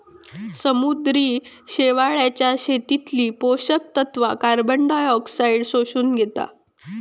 समुद्री शेवाळाच्या शेतीतली पोषक तत्वा कार्बनडायऑक्साईडाक शोषून घेतत